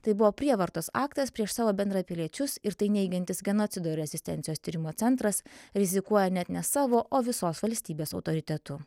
tai buvo prievartos aktas prieš savo bendrapiliečius ir tai neigiantis genocido ir rezistencijos tyrimo centras rizikuoja net ne savo o visos valstybės autoritetu